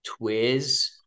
Twiz